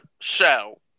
show